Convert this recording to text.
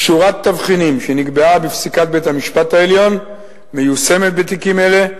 שורת תבחינים שנקבעה בפסיקת בית-המשפט העליון מיושמת בתיקים אלה,